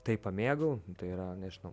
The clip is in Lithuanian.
tai pamėgau tai yra nežinau